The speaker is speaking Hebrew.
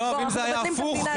אם זה היה הפוך,